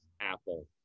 Apple